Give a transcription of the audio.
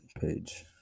page